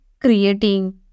creating